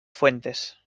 fuentes